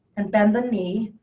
and bend the knee.